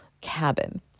cabin